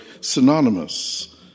synonymous